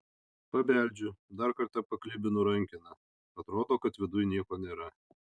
pabeldžiu dar kartą paklibinu rankeną atrodo kad viduj nieko nėra